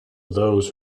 those